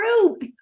group